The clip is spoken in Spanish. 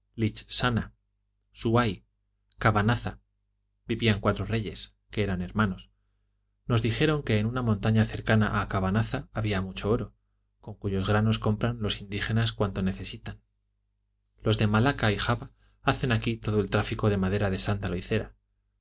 y cabanaza vivían los cuatro reyes que eran hermanos nos dijeron que en una montaña cercana a cabanaza había mucho oro con cuyos granos compran los indígenas cuanto necesitan los de malaca y java hacen aquí todo el tráfico de madera de